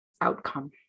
outcome